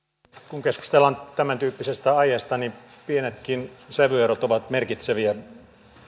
kun keskustellaan tämäntyyppisestä aiheesta niin pienetkin sävyerot ovat merkitseviä